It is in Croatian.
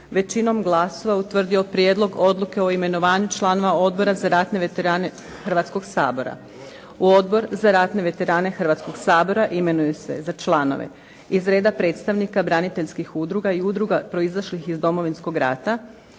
većinom glasova utvrdio Prijedlog odluke o imenovanju članova Odbora za ratne veterane Hrvatskog sabora. U Odbor za ratne veterane Hrvatskog sabora imenuje se za članove: iz reda predstavnika braniteljskih udruga i udruga proizašlih iz Domovinskog rata